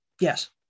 Yes